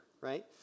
right